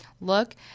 look